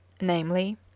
namely